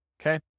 okay